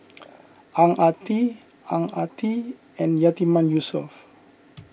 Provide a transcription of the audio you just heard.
Ang Ah Tee Ang Ah Tee and Yatiman Yusof